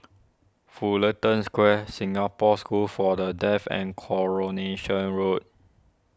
Fullerton Square Singapore School for the Deaf and Coronation Road